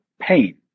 pain